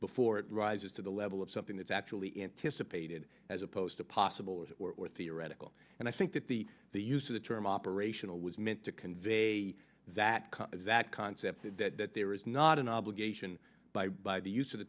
before it rises to the level of something that's actually anticipated as opposed to possible or theoretical and i think that the the use of the term operational was meant to convey that that concept that there is not an obligation by by the use of the